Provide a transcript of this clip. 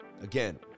Again